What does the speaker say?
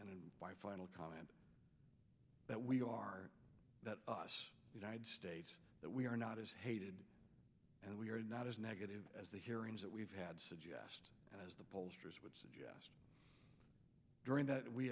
and final comment that we are us united states that we are not as hated and we are not as negative as the hearings that we've had suggest as the pollsters would suggest during that we